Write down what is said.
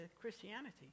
Christianity